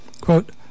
Quote